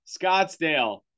Scottsdale